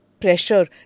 pressure